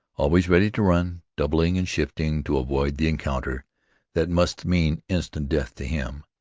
always ready to run, doubling and shifting to avoid the encounter that must mean instant death to him.